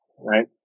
right